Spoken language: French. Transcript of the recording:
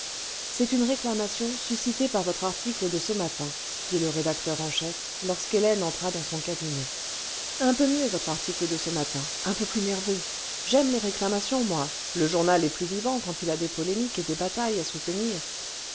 c'est une réclamation suscitée par votre article de ce matin dit le rédacteur en chef lorsqu'hélène entra dans son cabinet un peu mieux votre article de ce matin un peu plus nerveux j'aime les réclamations moi le journal est plus vivant quand il a des polémiques et des batailles à soutenir